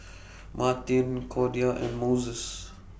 Martine Cordia and Moses